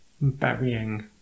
burying